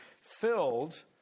filled